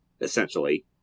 essentially